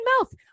mouth